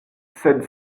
sed